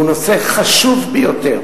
הוא נושא חשוב ביותר.